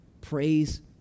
praise